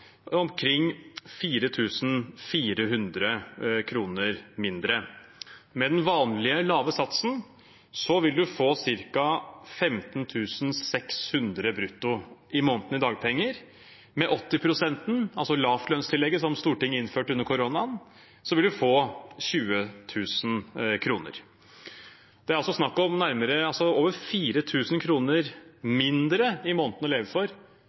omkring 4 400 kr brutto mindre i måneden. Med den vanlige lave satsen vil man få ca. 15 600 kr brutto i måneden i dagpenger. Med 80-prosenten, altså lavlønnstillegget som Stortinget innførte under koronaen, vil man få 20 000 kr. Det er snakk om over 4 000 kr mindre i måneden å leve for